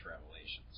revelations